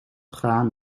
graan